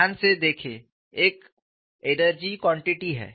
ध्यान से देखें यह एक एनर्जी क्वांटिटी है